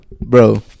Bro